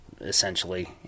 essentially